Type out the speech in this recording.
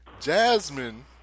Jasmine